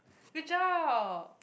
good job